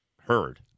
heard